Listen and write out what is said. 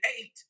eight